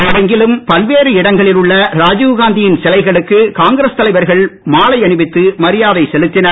நாடெங்கிலும் பல்வேறு இடங்களில் உள்ள ராஜீவ்காந்தியின் சிலைகளுக்கு காங்கிரஸ் தலைவர்கள் மாலை அணிவித்து மரியாதை செலுத்தினர்